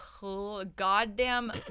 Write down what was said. goddamn